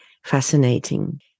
fascinating